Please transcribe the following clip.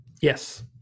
Yes